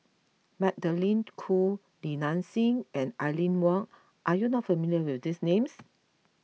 Magdalene Khoo Li Nanxing and Aline Wong are you not familiar with these names